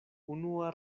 unua